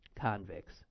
convicts